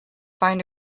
find